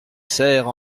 serre